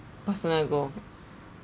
personal goal